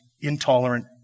intolerant